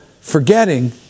forgetting